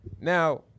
Now